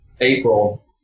April